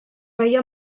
feia